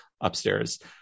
upstairs